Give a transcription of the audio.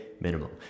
minimum